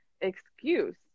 excuse